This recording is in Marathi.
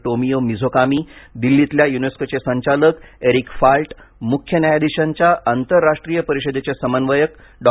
टोमियो मिझोकामी दिल्लीतल्या युनेस्कोचे संचालक एरिक फाल्ट मुख्य न्यायधीशांच्या आंतरराष्ट्रीय परिषदेचे समन्वयक डॉ